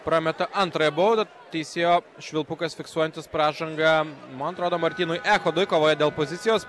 prameta antrąją baudą teisėjo švilpukas fiksuojantis pražangą man atrodo martynui echodui kovoj dėl pozicijos